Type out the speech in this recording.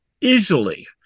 easily